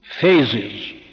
Phases